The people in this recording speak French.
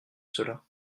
cela